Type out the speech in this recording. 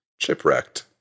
Chipwrecked